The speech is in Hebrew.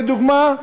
לדוגמה,